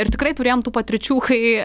ir tikrai turėjom tų patirčių kai